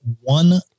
one